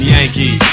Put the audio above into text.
Yankee